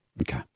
Okay